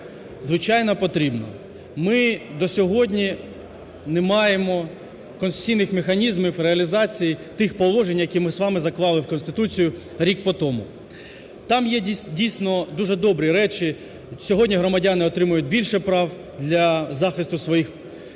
Звичайно, потрібно. Ми до сьогодні не маємо конституційних механізмів реалізації тих положень, які ми з вами заклали в Конституцію рік потому. Там є, дійсно, дуже добрі речі, сьогодні громадяни отримують більше прав для захисту своїх інтересів